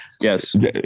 yes